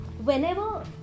Whenever